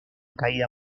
caída